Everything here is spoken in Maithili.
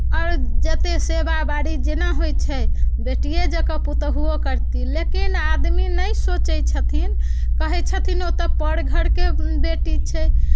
आओर जतेक सेवाबारी जेना होइ छै बेटिये जँका पुतोहुओ करथिन लेकिन आदमी नहि सोचैत छथिन कहैत छथिन ओ तऽ पर घरके बेटी छै